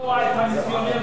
תשמע,